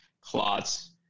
clots